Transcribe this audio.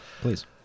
please